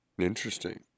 Interesting